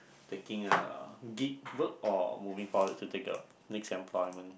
taking a or moving forward to take your next employment